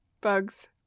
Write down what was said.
bugs